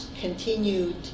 continued